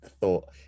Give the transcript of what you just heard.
thought